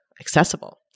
accessible